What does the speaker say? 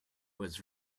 was